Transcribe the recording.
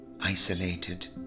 isolated